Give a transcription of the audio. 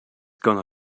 gonna